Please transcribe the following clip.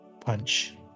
punch